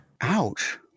Ouch